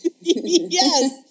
yes